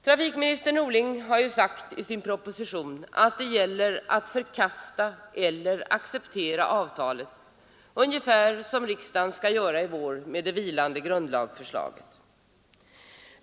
Trafikminister Norling har ju sagt i sin proposition att det gäller att förkasta eller acceptera avtalet, ungefär som riksdagen skall göra i vår med det vilande grundlagsförslaget.